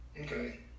Okay